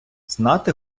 знати